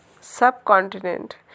subcontinent